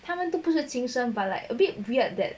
他们都不是精神 but like a bit weird that